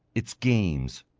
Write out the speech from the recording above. its games,